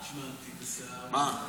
מה?